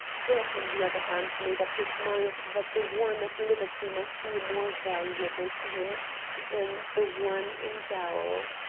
brett, on the other hand, made up his mind that the worm at liberty might be more valuable to him than the worm in gaol.